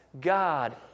God